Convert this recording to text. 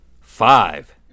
Five